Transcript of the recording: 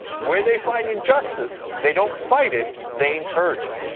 where they find injustice, they don't fight it, they encourage it.